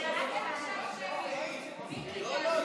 אתם אמרתם שמגיע,